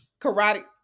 Karate